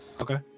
Okay